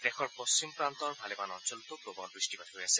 দেশৰ পশ্চিম প্ৰান্তৰ ভালেমান অঞ্চলতো প্ৰবল বৃষ্টিপাত হৈ আছে